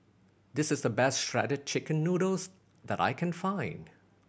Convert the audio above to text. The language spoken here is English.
this is the best Shredded Chicken Noodles that I can find